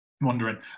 wondering